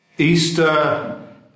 Easter